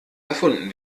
erfunden